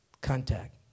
Contact